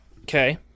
Okay